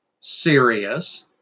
serious